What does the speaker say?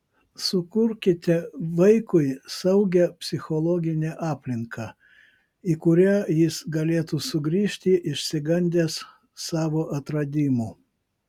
sukurkite vaikui saugią psichologinę aplinką į kurią jis galėtų sugrįžti išsigandęs savo atradimų